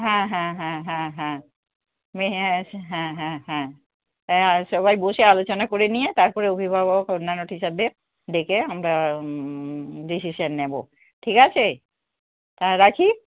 হ্যাঁ হ্যাঁ হ্যাঁ হ্যাঁ হ্যাঁ মেয়ে হ্যাঁ হ্যাঁ হ্যাঁ হ্যাঁ সবাই বসে আলোচনা করে নিয়ে তারপরে অভিভাবক অন্যান্য টিচারদের ডেকে আমরা ডিসিশান নেবো ঠিক আছে তা রাখি